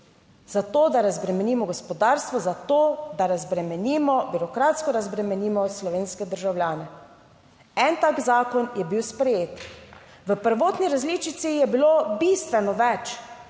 zato, da razbremenimo gospodarstvo, zato, da razbremenimo, birokratsko razbremenimo slovenske državljane. En tak zakon je bil sprejet. V prvotni različici je bilo bistveno več